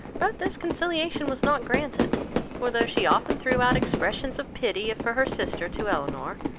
but this conciliation was not granted for though she often threw out expressions of pity for her sister to elinor,